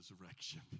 resurrection